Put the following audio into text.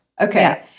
Okay